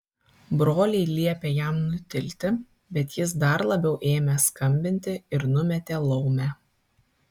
broliai liepė jam nutilti bet jis dar labiau ėmė skambinti ir numetė laumę